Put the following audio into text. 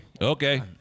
Okay